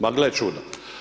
Ma gle čuda.